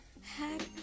happy